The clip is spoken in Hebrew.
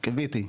קיוויתי,